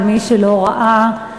למי שלא ראה,